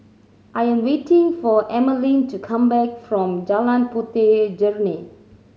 I am waiting for Emmaline to come back from Jalan Puteh Jerneh